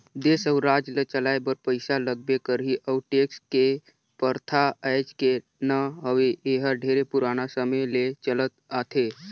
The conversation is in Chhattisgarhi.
देस अउ राज ल चलाए बर पइसा लगबे करही अउ टेक्स के परथा आयज के न हवे एहर ढेरे पुराना समे ले चलत आथे